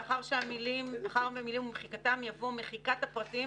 לאחר המילים "ומחיקתם" יבוא "מחיקת הפרטים